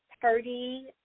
party